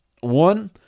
One